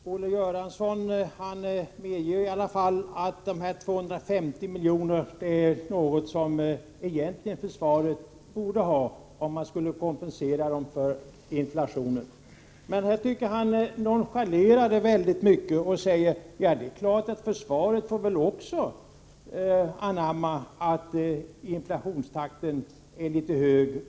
Herr talman! Olle Göransson medger i alla fall att de 250 miljonerna är någonting som försvaret egentligen borde ha, om nu försvaret skulle kompenseras för inflationen. Men jag tycker att han nonchalerade detta väldigt mycket. Han säger: Ja, det är klart att försvaret också får anamma att inflationstakten är litet hög.